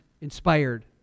inspired